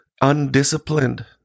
undisciplined